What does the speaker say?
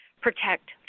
protect